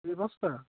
দুই বস্তা